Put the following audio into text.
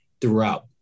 throughout